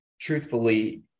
truthfully